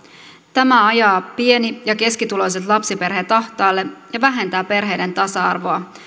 tämä ajaa pieni ja keskituloiset lapsiperheet ahtaalle ja vähentää perheiden tasa arvoa